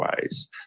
ways